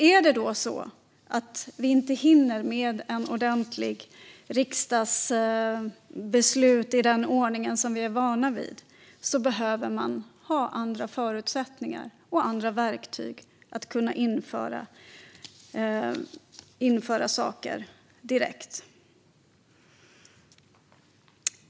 Är det då så att vi inte hinner med ett ordentligt riksdagsbeslut i den ordning som vi är vana vid behövs det andra förutsättningar och andra verktyg för att kunna införa saker direkt.